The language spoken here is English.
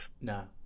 No